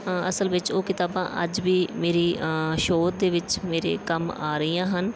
ਅਸਲ ਵਿੱਚ ਉਹ ਕਿਤਾਬਾਂ ਅੱਜ ਵੀ ਮੇਰੀ ਸ਼ੋਅ ਦੇ ਵਿੱਚ ਮੇਰੇ ਕੰਮ ਆ ਰਹੀਆਂ ਹਨ